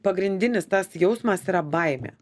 pagrindinis tas jausmas yra baimė